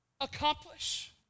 accomplish